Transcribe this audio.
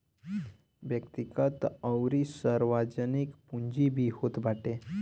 व्यक्तिगत अउरी सार्वजनिक पूंजी भी होत बाटे